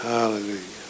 Hallelujah